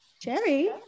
Jerry